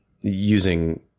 using